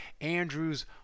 Andrew's